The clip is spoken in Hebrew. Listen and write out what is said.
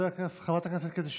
חברת הכנסת קטי שטרית,